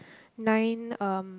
nine um